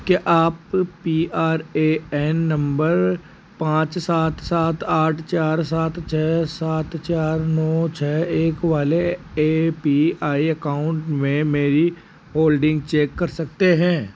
क्या आप P R A N number पाँच सात सात आठ चार सात छह सात चार नौ छह एक वाले ए पी आई अकाउंट में मेरी होल्डिंग चेक कर सकते हैं